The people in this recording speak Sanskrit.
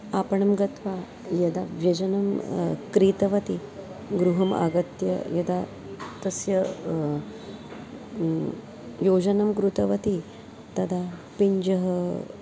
आपणं गत्वा यदा व्यजनं क्रीतवती गृहम् आगत्य यदा तस्य योजनं कृतवती तदा पिञ्जं